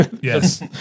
Yes